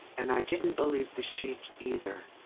and i didn't believe the sheik either.